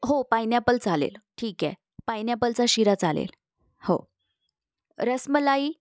हो पायनॅपल चालेल ठीक आहे पायनॅपलचा शिरा चालेल हो रसमलाई